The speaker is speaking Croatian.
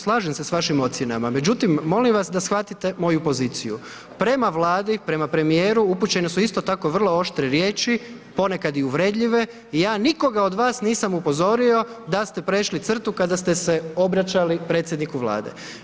Slažem se s vašim ocjenama međutim molim vas da shvatite moju poziciju, prema Vladi, prema premijeru upućene su isto tako vrlo oštre riječi, ponekad i uvredljive i ja nikoga od vas nisam upozorio da ste prešli crtu kada ste se obraćali predsjedniku Vlade.